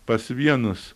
pas vienus